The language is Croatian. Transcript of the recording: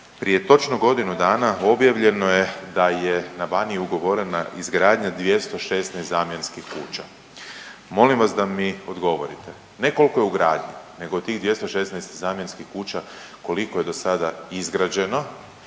prije točno godinu dana objavljeno je na Baniji ugovorena izgradanja 216 zamjenskih kuća, molim vas da mi odgovorite, ne koliko je u gradnji nego od tih 216 zamjenskih kuća koliko je do sada izgrađeno,